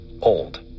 old